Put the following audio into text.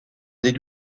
des